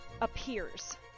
appears